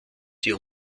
die